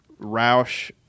roush